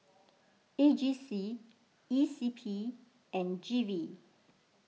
A G C E C P and G V